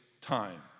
time